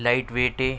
light weight ہے